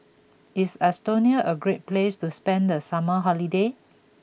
is Estonia a great place to spend the summer holiday